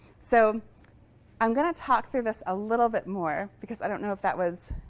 so i'm going to talk through this a little bit more, because i don't know if that was